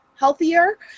healthier